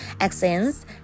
accents